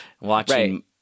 Watching